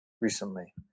recently